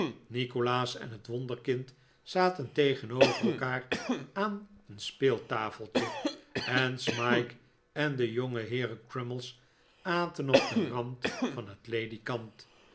nikolaas en het wonderkind zaten tegenover elkaar aan een speeltafeltje en smike en de jongeheeren crummies aten op den rand van het ledikant